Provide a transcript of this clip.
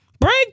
Break